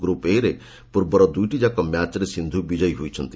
group A ରେ ପୂର୍ବର ଦୁଇଟି ଯାକ ମ୍ୟାଚ୍ରେ ସିନ୍ଧୁ ବିଜୟୀ ହୋଇଛନ୍ତି